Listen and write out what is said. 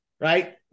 right